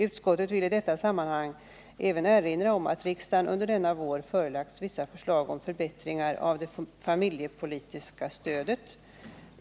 Uskottet vill i detta sammanhang även erinra om att riksdagen under denna vår förelagts vissa förslag om förbättringar av det familjepolitiska stödet.